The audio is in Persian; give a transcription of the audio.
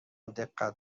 دقت